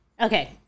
Okay